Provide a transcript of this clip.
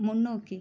முன்னோக்கி